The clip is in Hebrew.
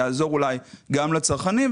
יעזור לצרכנים.